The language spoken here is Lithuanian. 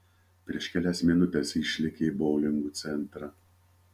prieš kelias minutes išlėkė į boulingo centrą